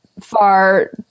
far